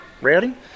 routing